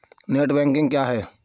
Net banking क्या है?